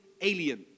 alien